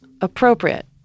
appropriate